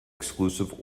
exclusive